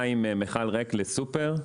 מכל ריק לסופר,